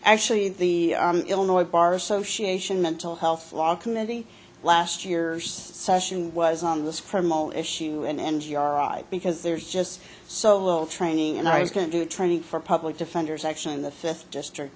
actually the illinois bar association mental health law committee last years session was on this from all issue and enjoy because there's just so little training and i can do training for public defenders action in the fifth district